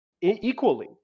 equally